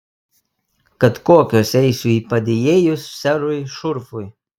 kad kokios eisiu į padėjėjus serui šurfui